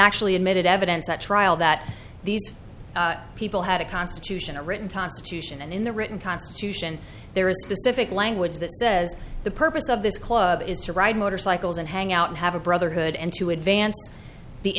actually admitted evidence at trial that these people had a constitution a written constitution and in the written constitution there is specific language that says the purpose of this club is to ride motorcycles and hang out and have a brotherhood and to advance the